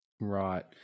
Right